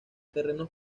terrenos